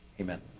Amen